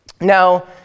Now